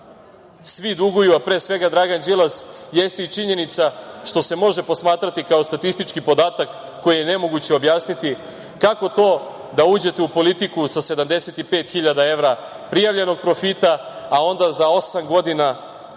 svi duguju, a pre svega Dragan Đilas, jeste i činjenica što se može posmatrati kao statistički podatak koji je nemoguće objasniti, kako to da uđete u politiku sa 75.000 evra prijavljenog profita, a onda za osam godina